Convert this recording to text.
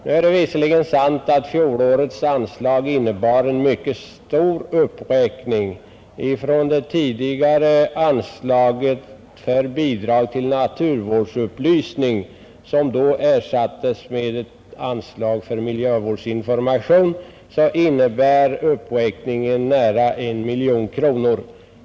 Nu är det visserligen sant att fjolårets anslag innebar en mycket stor uppräkning från det tidigare anslaget för bidrag till naturvårdsupplysning, som då ersattes med ett anslag för miljövårdsinformation — en uppräkning på nära 1 miljon kronor.